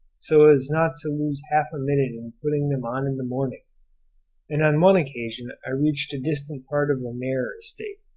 so as not to lose half a minute in putting them on in the morning and on one occasion i reached a distant part of the maer estate,